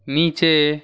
নিচে